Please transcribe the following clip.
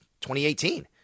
2018